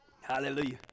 Hallelujah